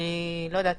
אני לא יודעת.